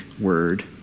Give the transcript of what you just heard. word